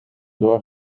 door